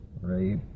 right